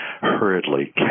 hurriedly